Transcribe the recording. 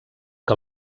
que